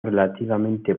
relativamente